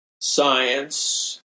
science